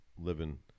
living